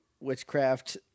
witchcraft